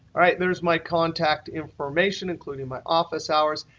right. there is my contact information, including my office hours.